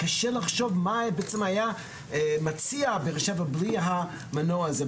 קשה לחשוב מה בעצם הייתה מציעה באר שבע בלי המנוע הזה.